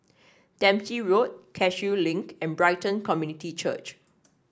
Dempsey Road Cashew Link and Brighton Community Church